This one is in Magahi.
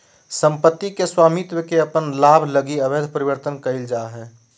सम्पत्ति के स्वामित्व के अपन लाभ लगी अवैध परिवर्तन कइल जा हइ